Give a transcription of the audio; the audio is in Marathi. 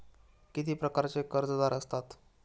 किती प्रकारचे कर्जदार असतात